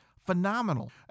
phenomenal